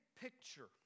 picture